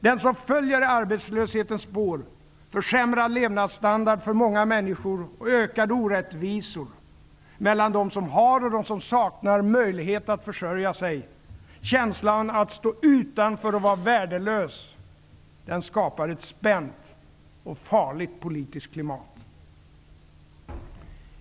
Det som följer i arbetslöshetens spår -- försämrad levnadsstandard för många människor och ökade orättvisor mellan dem som har och dem som saknar möjlighet att försörja sig, känslan att stå utanför och vara vara värdelös -- skapar ett spänt och farligt politiskt klimat.